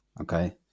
okay